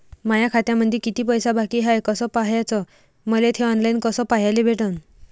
माया खात्यामंधी किती पैसा बाकी हाय कस पाह्याच, मले थे ऑनलाईन कस पाह्याले भेटन?